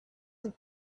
who